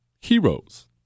heroes